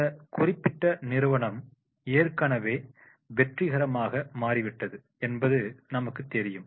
இந்த குறிப்பிட்ட நிறுவனம் ஏற்கனவே வெற்றிகரமாக மாறிவிட்டது என்பது நமக்குத் தெரியும்